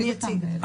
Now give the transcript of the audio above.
אני אציג.